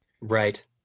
Right